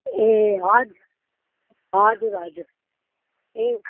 ए हजुर हजुर हजुर एक